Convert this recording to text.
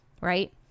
Right